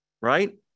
right